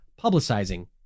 publicizing